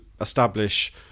establish